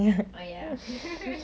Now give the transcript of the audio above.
oh ya